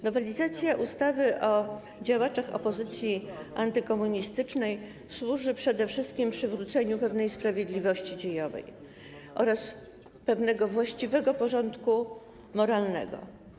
Nowelizacja ustawy o działaczach opozycji antykomunistycznej służy przede wszystkim przywróceniu pewnej sprawiedliwości dziejowej oraz pewnego porządku moralnego.